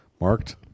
Marked